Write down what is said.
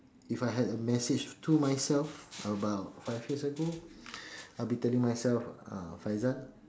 if I had a message to myself about five years ago I'll be telling myself uh Faizal